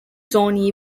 zone